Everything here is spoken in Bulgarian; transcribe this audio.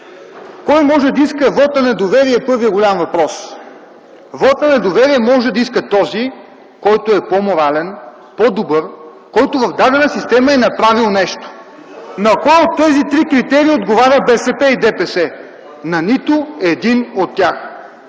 кой може да иска вот на недоверие? Вот на недоверие може да иска този, който е по-морален, по-добър, който в дадена система е направил нещо. На кой от тези три критерия отговарят БСП и ДПС? На нито един от тях.